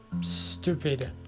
stupid